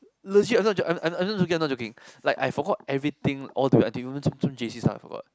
legit I'm not joking I'm I'm I'm not joking I forgot everything all the way until some some j_c stuff I forgot